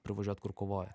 privažiuot kur kovoja